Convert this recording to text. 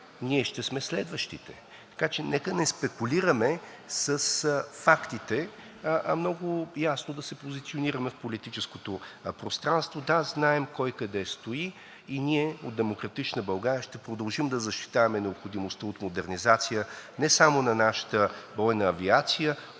ние ще сме следващите. Така че нека не спекулираме с фактите, а много ясно да се позиционираме в политическото пространство. Да, знаем кой къде стои и ние от „Демократична България“ ще продължим да защитаваме необходимостта от модернизация не само на нашата бойна авиация,